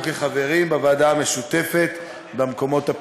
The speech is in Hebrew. כחברים בוועדה המשותפת במקומות הפנויים.